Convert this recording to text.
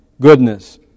goodness